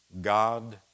God